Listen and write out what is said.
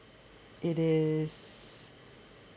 it is